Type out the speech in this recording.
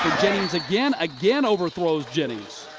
jennings again. again overthrows jennings.